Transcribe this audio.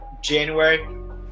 January